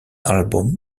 albums